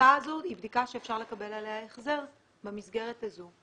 הבדיקה הזאת היא בדיקה שאפשר לקבל עליה החזר במסגרת הזו.